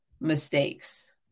mistakes